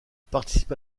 participe